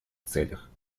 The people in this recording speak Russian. целях